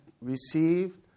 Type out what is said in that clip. received